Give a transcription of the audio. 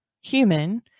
human